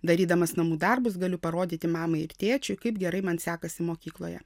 darydamas namų darbus galiu parodyti mamai ir tėčiui kaip gerai man sekasi mokykloje